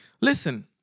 Listen